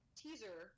teaser